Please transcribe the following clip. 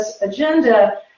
agenda